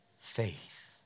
faith